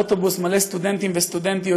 אוטובוס מלא סטודנטים וסטודנטיות,